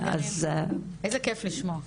איזה כיף לשמוע.